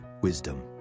wisdom